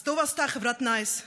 אז טוב עשתה חברת נייס,